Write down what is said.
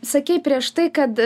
sakei prieš tai kad